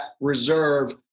reserve